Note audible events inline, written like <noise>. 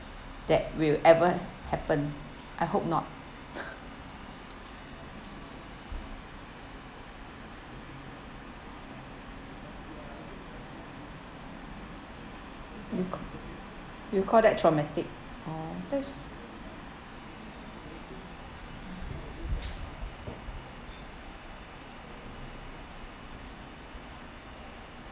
that will ever happen I hope not <laughs> you ca~ you call that traumatic oh that's